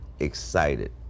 excited